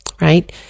right